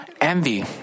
envy